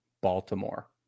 baltimore